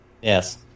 Yes